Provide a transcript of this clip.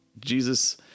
Jesus